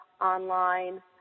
online